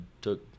took